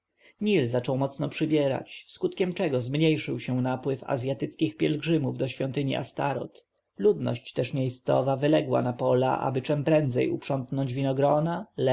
nil zaczął mocno przybierać skutkiem czego zmniejszył się napływ azjatyckich pielgrzymów do świątyni astoreth ludność też miejscowa wyległa na pola aby czem prędzej uprzątnąć winogrona